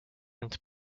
and